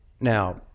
now